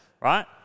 right